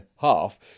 half